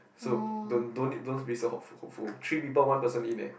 so don't don't need don't be so hopeful hopeful three one people one person in eh